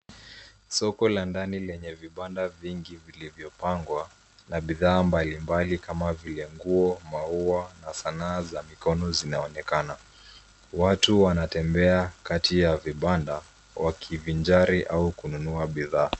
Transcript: Soko la ndani lenye vibanda vingi ,vilivyopangwa na bidhaa mbali mbali kama vile nguo, maua na sanaa za mikono zinaonekana. Watu wanatembea kati ya vibanda, wakivinjari au kununua bidhaa.